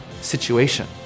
situation